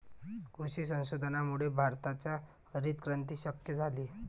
कृषी संशोधनामुळेच भारतात हरितक्रांती शक्य झाली